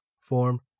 form